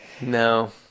No